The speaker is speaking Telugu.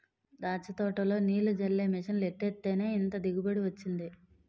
దాచ్చ తోటలో నీల్లు జల్లే మిసన్లు ఎట్టేత్తేనే ఇంత దిగుబడి వొచ్చింది